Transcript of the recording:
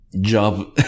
job